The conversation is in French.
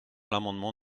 l’amendement